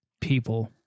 People